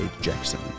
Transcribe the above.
Jackson